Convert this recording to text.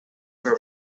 from